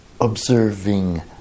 observing